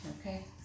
Okay